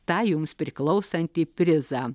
tą jums priklausantį prizą